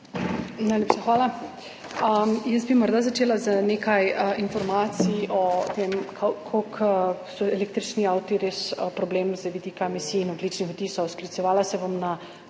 Najlepša hvala. Jaz bi morda začela z nekaj informacijami o tem, kako so električni avti res problem z vidika emisij in ogljičnih odtisov. Sklicevala se bom na